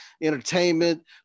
entertainment